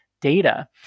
data